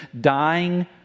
dying